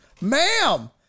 Ma'am